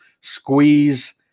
squeeze